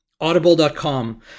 audible.com